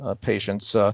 patients